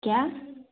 کیا